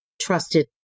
trusted